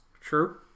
True